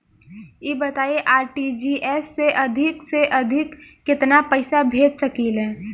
ई बताईं आर.टी.जी.एस से अधिक से अधिक केतना पइसा भेज सकिले?